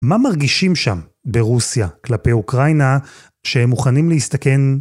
מה מרגישים שם, ברוסיה, כלפי אוקראינה, כשהם מוכנים להסתכן